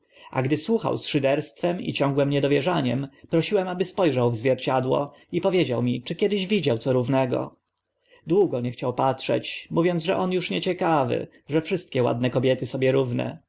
a gdy słuchał z szyderstwem i ciągłym niedowierzaniem prosiłem aby spo rzał w zwierciadło i powiedział mi czy kiedy widział co równego długo nie chciał patrzeć mówiąc że on uż nieciekawy że wszystkie ładne kobiety sobie równe